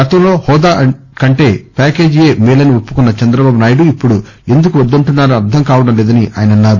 గతంలో హోదా కంటే ప్యాకేజీ యే మేలని ఒప్పుకున్న చంద్రబాబు నాయుడు ఇప్పుడు ఎందుకు వద్దంటున్నారో అర్థం కావడం లేదని ఆయన అన్నారు